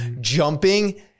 jumping